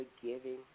forgiving